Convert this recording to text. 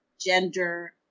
gender